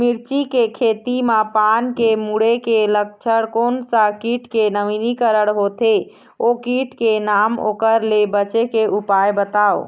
मिर्ची के खेती मा पान के मुड़े के लक्षण कोन सा कीट के नवीनीकरण होथे ओ कीट के नाम ओकर ले बचे के उपाय बताओ?